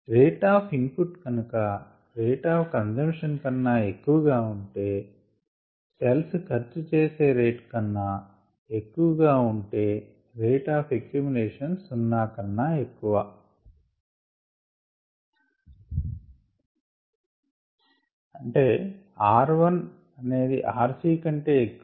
rate of input కనుక rate of consumption కన్నా ఎక్కువగా ఉంటే సెల్స్ ఖర్చు చేసే రేట్ కన్నా ఎక్కువగా ఉంటే రేట్ ఆఫ్ ఎకుమిలేషన్ '0' కన్నా ఎక్కువ